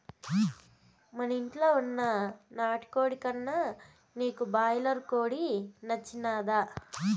మనింట్ల వున్న నాటుకోడి కన్నా నీకు బాయిలర్ కోడి నచ్చినాదా